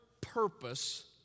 purpose